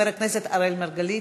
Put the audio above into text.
חבר הכנסת אראל מרגלית,